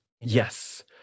Yes